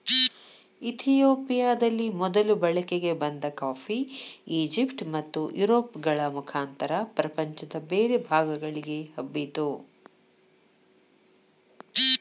ಇತಿಯೋಪಿಯದಲ್ಲಿ ಮೊದಲು ಬಳಕೆಗೆ ಬಂದ ಕಾಫಿ, ಈಜಿಪ್ಟ್ ಮತ್ತುಯುರೋಪ್ಗಳ ಮುಖಾಂತರ ಪ್ರಪಂಚದ ಬೇರೆ ಭಾಗಗಳಿಗೆ ಹಬ್ಬಿತು